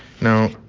Now